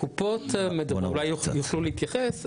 הקופות אולי יוכלו להתייחס,